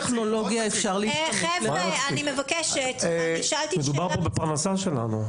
מדובר כאן בפרנסה שלנו.